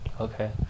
Okay